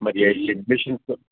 మరి ఎడ్మిషన్స్